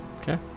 Okay